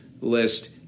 list